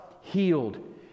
healed